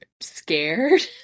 scared